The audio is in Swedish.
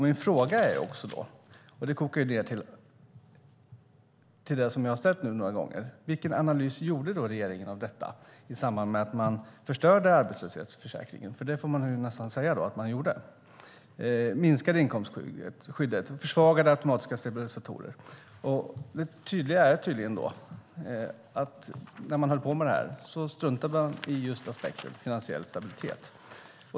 Min fråga, som kokar ned till det som vi nu har sett några gånger, är då: Vilken analys gjorde regeringen av detta i samband med att man förstörde arbetslöshetsförsäkringen - vi får ju nästan säga att man gjorde det - minskade inkomstskyddet och försvagade automatiska stabilisatorer? Det är tydligt att man när man höll på med det här struntade i aspekten finansiell stabilitet.